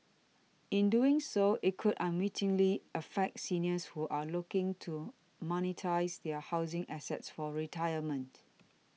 in doing so it could unwittingly affect seniors who are looking to monetise their housing assets for retirement